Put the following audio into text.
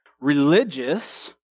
religious